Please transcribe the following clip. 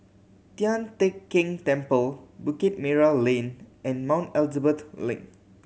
Tian Teck Keng Temple Bukit Merah Lane and Mount Elizabeth Link